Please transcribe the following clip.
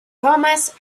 thomas